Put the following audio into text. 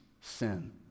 sin